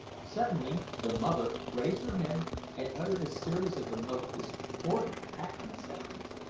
suddenly the mother raised her head and uttered a series of the most discordant cackling sounds.